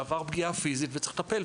שעבר פגיעה פיזית וצריך לטפל,